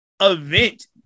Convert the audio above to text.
event